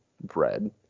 bread